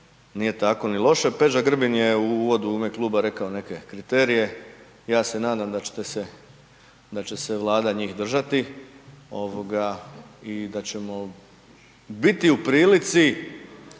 nije tako ni loše. Peđa Grbin je u uvodu u ime kluba rekao neke kriterije, ja se nadam da će te se, da će se Vlada njih držati i da ćemo biti u prilici